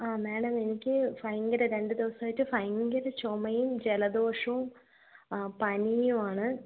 ആ മേഡം എനിക്ക് ഭയങ്കര രണ്ടു ദിവസമായിട്ട് ഭയങ്കര ചുമയും ജലദോഷവും പനിയുമാണ്